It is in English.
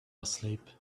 asleep